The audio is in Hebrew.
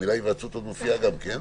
המילה היוועצות גם כן מופיעה.